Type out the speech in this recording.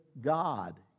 God